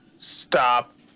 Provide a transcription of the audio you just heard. Stop